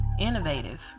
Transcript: Innovative